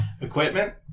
equipment